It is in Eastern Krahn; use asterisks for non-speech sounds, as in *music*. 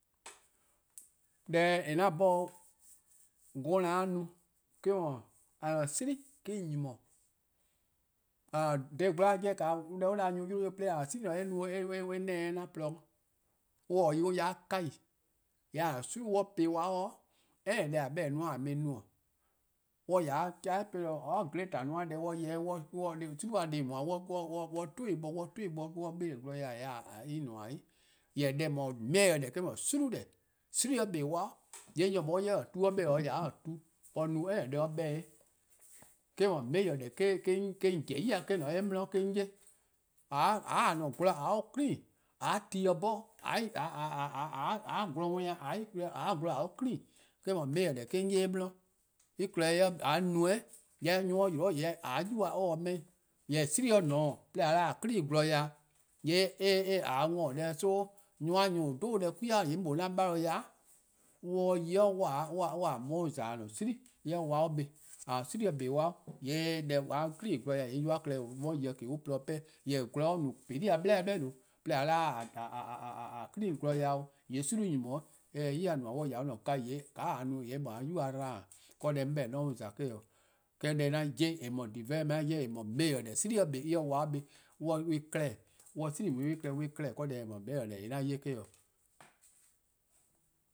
Deh 'an 'bhorn-a 'gomla 'ye-a no eh-: 'dhu, :a :gwie:+ me-: :nyi 'yi-dih. Dha :gwlor :a :ne-a 'de on 'da nyor+-a yi 'de 'o 'de :a-a'a: :gwie:+ ne-a eh 'neneh' an-a :porluh dih. :mor on ta 'de yi an ya 'de 'kaa+. :yee' :a-a'a: :gwie+ :mor on po-eh 'kpa any deh :a 'beh-dih-a no-a :a mu-eh no. :mor on ya 'de chaa'penor or 'gleta: 'i-a on no-a deh, *hesitation* :gwie'-a deh+ :daa *hesitation* on 'tun-dih bo on 'thn-dih bo, on beleh: gwlor 'de-dih :yee' *hesitation* eh :nmor-' 'yi. Jorwor: deh :eh no-a major deh :eh-: no :gwie: deh, :mor 'kpa+ :po-eh 'kwa, :yee' :mor nyor+ nor 'ye or-a'a: tu or 'beh-dih: :ya 'de or-a' tu, or no any deh a 'beh-dih-eh, eh-: no major deh *hesitation* 'on pobo ya 'on 'ye 'de eh 'di. *hesitation* :a 'ya :a-a'a: gwlor clean, :a 'ye tu+-dih 'bhorn *hesitation* :a 'ye :a-a'a: gwlor clean. Eh-: no major deh 'on 'ye 'de eh 'di. En klehkpeh *hesitation* :mor :a no-ih', :yee' mor nyor+ 'yle :yee' :a yuba :se-' 'meh 'i. Jorwor: :mor :gwie:+ :ne-a 'o 'de :a 'da :a clean gwlor ya-dih, :yee' *hesitation* :a-a' 'worn-or deh-dih. :yee' nyor+ :on no-a deh 'kwi-a 'an bale-uh on 'ye 'de yi *hesitation* on 'ye-a' :za-dih :a-a'a: :gwie:+ en 'ye 'kpa po-eh. :mor :a-a' :gwie:+ po-eh 'kpa :yee' *hesitation* :mor a clean gwlor ya-dih, :yee' nyor+ klehkpeh :an mu-a 'de yi-' :yee' an :porluh 'pehn-dih. Gwlor no :peli' 'suh 'suh 'de :a: :yee' :gwie:+ :nyni-' 'yi, :yee' eh se 'yi-dih :nmor. :mor on :hya 'de an-a' 'kaa-ih, :yee' eh mu :a 'yuba 'dba-'. 'Deh 'on 'beh-dih: 'on 'ye-a :za eh 'o. Deh 'an 'ye-a :eh no-a major: deh 'de development deh 'di eh-: no, *hesitation* :gwie'+ 'ye 'kpa po-eh, on 'ye-ih clear, on 'ye :gwie:+ :daa clear. Eh-: no major deh 'an 'ye.